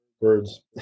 Words